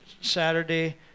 Saturday